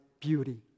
beauty